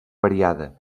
variada